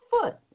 foot